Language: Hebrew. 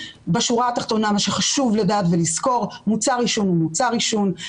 בשורה התחתונה מה שחשוב לדעת ולזכור שמוצר עישון הוא מוצר עישון,